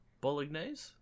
bolognese